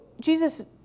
Jesus